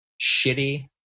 shitty